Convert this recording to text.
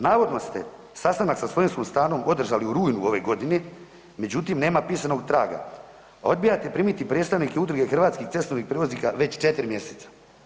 Navodno ste sastanak sa slovenskom stranom održali u rujnu ove godine, međutim nema pisanog traga, a odbijate primiti predstavnike Udruge hrvatskih cestovnih prijevoznika već 4 mjeseca.